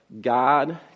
God